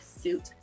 Suit